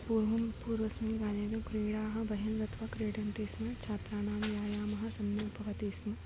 पूर्वं पूर्वस्मिन्काले तु क्रीडाः बहिः गत्वा क्रीडन्ति स्म छात्राणां व्यायामः सम्यक् भवति स्म